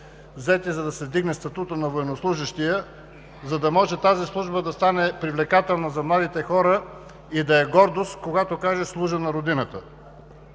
взети, за да се вдигне статутът на военнослужещия, за да може тази служба да стане привлекателна за младите хора и да е гордост, когато кажат: „Служа на Родината!“